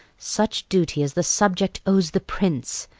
such duty as the subject owes the prince,